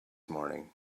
morning